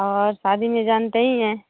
और शादी में जानते ही हैं